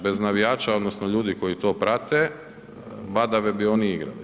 Bez navijača, odnosno ljudi koji to prate, badava bi oni igrali.